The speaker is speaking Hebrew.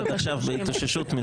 שהיא עכשיו בהתאוששות מזה...